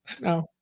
No